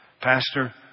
Pastor